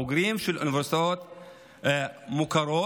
בוגרים של אוניברסיטאות מוכרות.